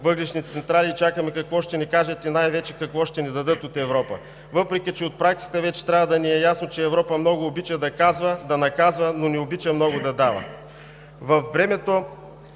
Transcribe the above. въглищните централи и чакаме какво ще ни кажат и най-вече какво ще ни дадат от Европа, въпреки че от практиката вече трябва да ни е ясно, че Европа много обича да наказва, но не обича много да дава.